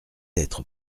être